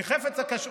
כי חפץ הקשור,